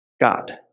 God